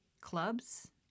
clubs